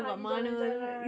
ah gi jalan-jalan